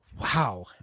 Wow